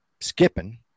skipping